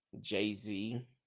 Jay-Z